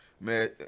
Man